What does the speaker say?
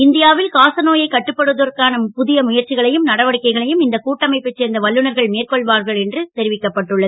இந் யாவில் காசநோயை கட்டுப்படுத்துவதற்கான பு ய முயற்சிகளையும் நடவடிக்கைகளயும் இந்த கூட்டமைப்பை சேர்ந்த வல்லுநர்கள் மேற்கொள்வார்கள் என்று தெரிவிக்கப்பட்டுள்ளது